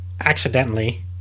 accidentally